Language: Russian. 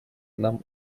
нам